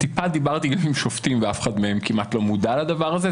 דיברתי מעט עם שופטים ואף אחד מהם כמעט ולא מודע לדבר הזה.